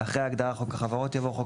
אחרי ההגדרה "הנגיד" יבוא: "חברת תשלומים"